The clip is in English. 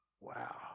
Wow